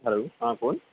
hello हां कोण